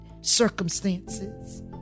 circumstances